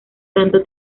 tanto